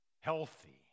healthy